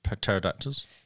pterodactyls